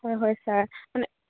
হয় হয় ছাৰ